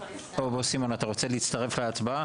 חבר הכנסת סימון, אתה מצטרף להצבעה?